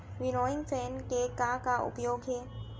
Winnowing fan के का का उपयोग हे?